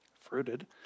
Fruited